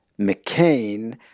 McCain